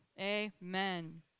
Amen